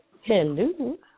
Hello